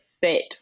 fit